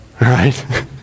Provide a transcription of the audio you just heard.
right